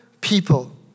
people